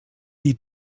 die